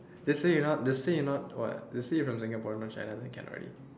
just say you not just say you not what just say you're from Singapore not from China then can already